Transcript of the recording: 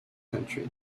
country